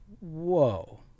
whoa